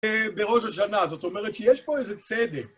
בראש השנה, זאת אומרת שיש פה איזה צדק.